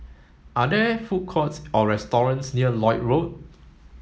are there food courts or restaurants near Lloyd Road